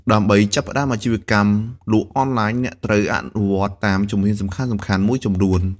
ដើម្បីចាប់ផ្ដើមអាជីវកម្មលក់អនឡាញ អ្នកត្រូវអនុវត្តតាមជំហានសំខាន់ៗមួយចំនួន។